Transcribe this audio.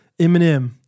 Eminem